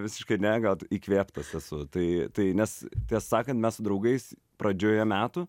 visiškai ne gal t įkvėptas esu tai tai nes tiesą sakant mes su draugais pradžioje metų